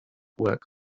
work